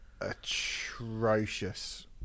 atrocious